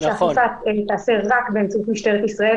-- שהאכיפה תיעשה רק באמצעות משטרת ישראל,